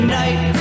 night